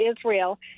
Israel